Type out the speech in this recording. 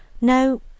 No